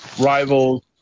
rivals